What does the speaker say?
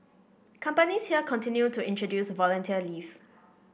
companies here continue to introduce volunteer leave